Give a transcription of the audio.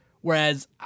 Whereas